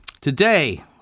Today